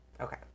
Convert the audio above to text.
Okay